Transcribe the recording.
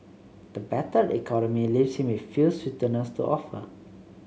the battered economy leaves him with few sweeteners to offer